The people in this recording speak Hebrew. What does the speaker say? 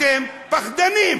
אתם פחדנים.